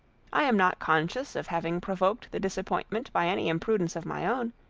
i am not conscious of having provoked the disappointment by any imprudence of my own,